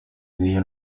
n’iyo